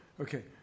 Okay